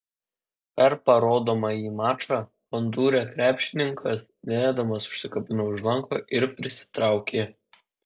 per parodomąjį mačą hondūre krepšininkas dėdamas užsikabino už lanko ir prisitraukė